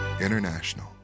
International